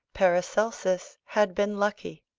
paracelsus had been lucky.